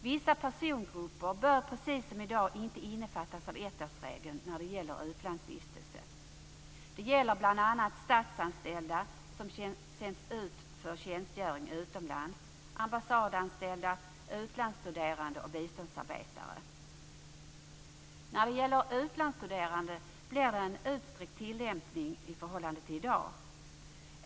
Vissa persongrupper bör precis som i dag inte innefattas av ettårsregeln när det gäller utlandsvistelse. Det gäller bl.a. statsanställda som sänds ut för tjänstgöring utomlands, ambassadanställda, utlandsstuderande och biståndsarbetare. För utlandsstuderande blir det en i förhållande till i dag utsträckt tillämpning.